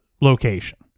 location